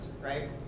right